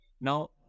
Now